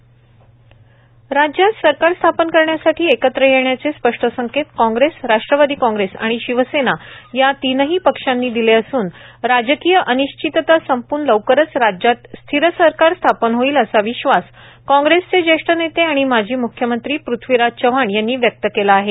महाराष्ट्रात सरकार स्थापन करण्यासाठी एकत्र येण्याचे स्पष्ट संकेत काँग्रेस राष्ट्रवादी काँग्रेस आणि शिवसेना या तीन्ही पक्षांनी दिले असून राज्यात स्थिर सरकार स्थापन होईल असा विश्वास काँग्रेसचे ज्येष्ठ नेते आणि माजी म्ख्यमंत्री पृथ्वीराज चव्हाण यांनी व्यक्त केला आहे